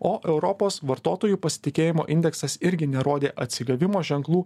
o europos vartotojų pasitikėjimo indeksas irgi nerodė atsigavimo ženklų